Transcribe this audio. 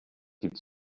gibt